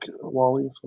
Wally